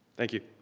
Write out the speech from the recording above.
thank you.